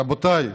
רבותיי,